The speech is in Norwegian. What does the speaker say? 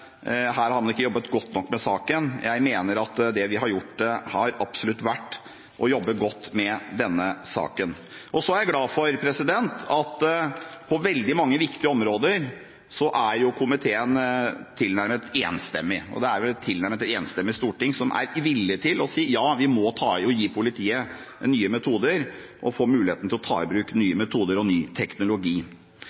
man her ikke har jobbet godt nok med saken. Jeg mener at det vi har gjort, absolutt har vært å jobbe godt med denne saken. Så er jeg glad for at komiteen på veldig mange viktige områder er tilnærmet enstemmig, og det er et tilnærmet enstemmig storting som er villig til å si: Ja, vi må ta i og gi politiet nye metoder og muligheten til å ta i bruk nye metoder og ny